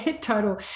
total